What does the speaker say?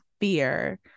fear